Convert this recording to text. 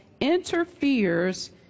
interferes